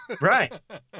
Right